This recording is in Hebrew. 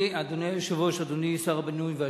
אדוני היושב-ראש, אדוני שר הבינוי והשיכון,